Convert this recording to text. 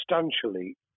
substantially